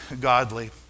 godly